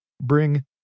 bring